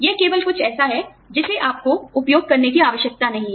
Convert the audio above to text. यह केवल कुछ ऐसा है जिसे आपको उपयोग करने की आवश्यकता नहीं है